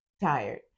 tired